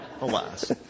Alas